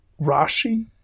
Rashi